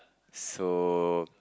so